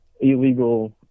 illegal